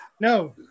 No